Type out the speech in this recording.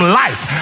life